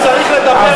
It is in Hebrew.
אמרנו שצריך לדבר אתו,